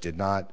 did not